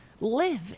live